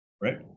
right